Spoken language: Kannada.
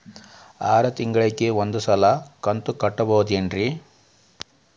ಆರ ತಿಂಗಳಿಗ ಒಂದ್ ಸಲ ಕಂತ ಕಟ್ಟಬಹುದೇನ್ರಿ?